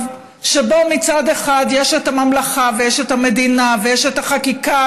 שבו מצד אחד יש את הממלכה ויש את המדינה ויש את החקיקה